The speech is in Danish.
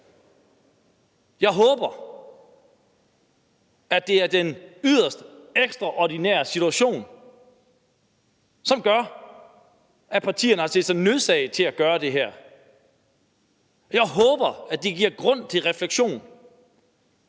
Jeg håber, at det er den helt ekstraordinære situation, som gør, at partierne har set sig nødsaget til at gøre det her. Jeg håber, at det giver grund til refleksion